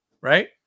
right